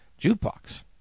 jukebox